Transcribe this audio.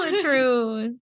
true